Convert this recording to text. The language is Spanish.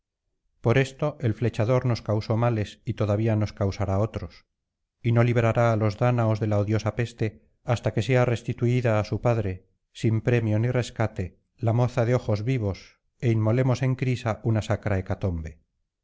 por esto el flechador nos causó males y todavía nos causará otros y no librará á los dáñaos de la odiosa peste hasta que sea restituídatu padre sin premio ni rescate la moza de ojos vivos é inmolemos en crisa una sacra hecatombe